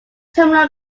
terminal